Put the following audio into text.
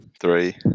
Three